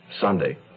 Sunday